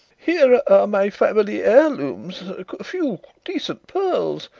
here are my family heirlooms a few decent pearls,